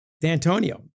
D'Antonio